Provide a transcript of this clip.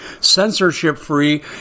censorship-free